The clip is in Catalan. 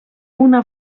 una